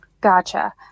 Gotcha